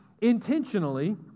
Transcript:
intentionally